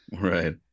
Right